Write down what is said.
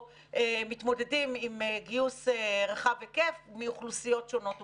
מתמודדים עם גיוס רחב היקף מאוכלוסיות שונות ומגוונות.